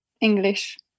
English